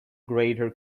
greater